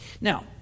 Now